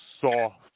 soft